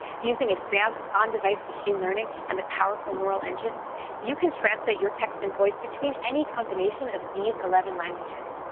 using advanced on-device machine learning and the powerful neural engine you can translate your text and voice between any combination of these eleven languages.